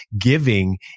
giving